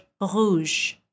rouge